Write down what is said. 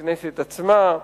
בכנסת עצמה,